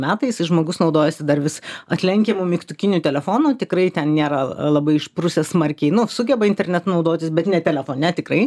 metai jisai žmogus naudojasi dar vis atlenkiamu mygtukiniu telefonu tikrai ten nėra labai išprusęs smarkiai nu sugeba internetu naudotis bet net telefone tikrai